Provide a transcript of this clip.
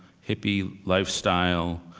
hippie lifestyle,